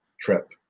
trip